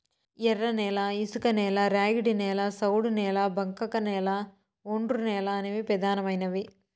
ఎర్రనేల, ఇసుకనేల, ర్యాగిడి నేల, సౌడు నేల, బంకకనేల, ఒండ్రునేల అనేవి పెదానమైనవి